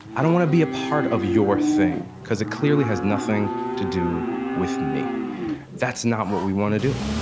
i don't want to be a part of your thing, because it clearly has nothing to do with me that's not what we want to do.